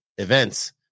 events